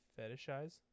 Fetishize